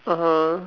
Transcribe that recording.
(uh huh)